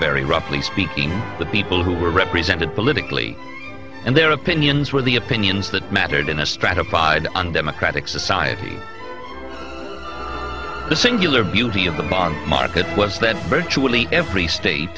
very roughly speaking the people who were represented politically and their opinions were the opinions that mattered in a stratified and democratic society the singular beauty of the bond market was that virtually every state